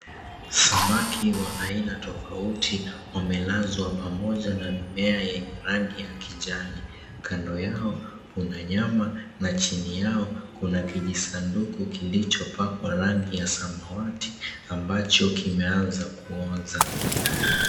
Samaki wa aina tofauti wamelazwa pamoja na mimea yenye rangi ya kijani, kando yao kuna nyama na chini yao kuna kijisanduku kilicho pakwa rangi ya samawati ambacho kimeanza kuoza.